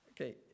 Okay